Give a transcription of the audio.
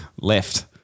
left